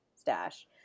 stash